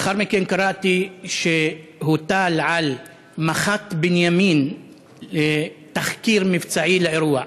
לאחר מכן קראתי שהוטל על מח"ט בנימין תחקיר מבצעי לאירוע.